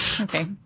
Okay